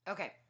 Okay